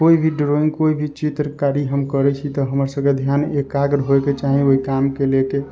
कोइ भी ड्रॉइंग कोइ भी चित्रकारी हम करै छी तऽ हमर सभके ध्यान एकाग्र होइके चाही ओहि कामके लैके